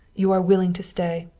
you are willing to stay.